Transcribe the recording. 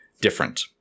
different